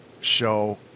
show